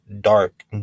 dark